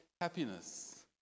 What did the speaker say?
happiness